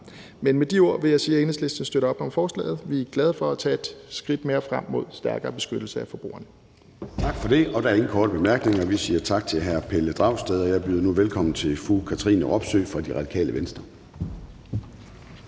Med de ord vil jeg sige, at Enhedslisten støtter op om forslaget. Vi er glade for at tage et skridt mere frem mod stærkere beskyttelse af forbrugerne. Kl. 11:06 Formanden (Søren Gade): Tak for det. Der er ingen korte bemærkninger. Vi siger tak til hr. Pelle Dragsted, og jeg byder nu velkommen til fru Katrine Robsøe fra Radikale Venstre.